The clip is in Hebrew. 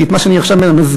כי את מה שעכשיו אני מסביר,